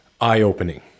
eye-opening